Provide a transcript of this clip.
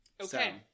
okay